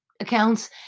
accounts